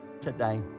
today